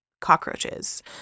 cockroaches